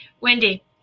Wendy